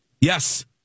Yes